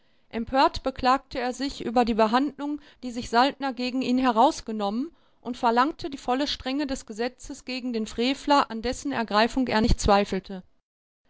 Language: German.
empört beklagte er sich über die behandlung die sich saltner gegen ihn herausgenommen und verlangte die volle strenge des gesetzes gegen den frevler an dessen ergreifung er nicht zweifelte